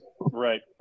Right